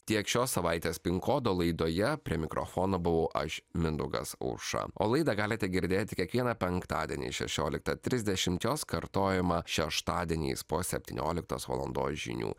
tiek šios savaitės pin kodo laidoje prie mikrofono buvau aš mindaugas aušra o laidą galite girdėti kiekvieną penktadienį šešioliktą trisdešimt jos kartojimą šeštadieniais po septynioliktos valandos žinių